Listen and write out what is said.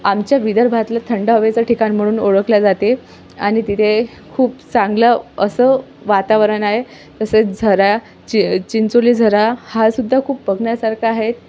आमच्या विदर्भातलं थंड हवेचं ठिकाण म्हणून ओळखलं जाते आणि तिथे खूप चांगलं असं वातावरण आहे तसेच झरा चि चिंचोली झरा हा सुद्धा खूप बघण्यासारखा आहे